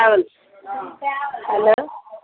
travels hello